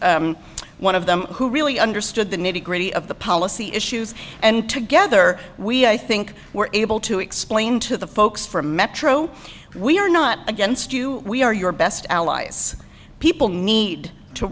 was one of them who really understood the nitty gritty of the policy issues and together we i think were able to explain to the folks from metro we're not against you we are your best allies people need to